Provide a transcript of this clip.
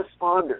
responders